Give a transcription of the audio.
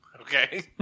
Okay